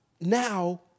now